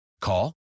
Call